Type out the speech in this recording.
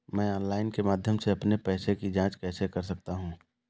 मैं ऑनलाइन के माध्यम से अपने पैसे की जाँच कैसे कर सकता हूँ?